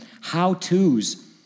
how-tos